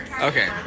Okay